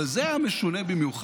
אבל זה היה משונה במיוחד.